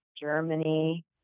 Germany